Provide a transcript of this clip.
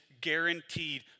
guaranteed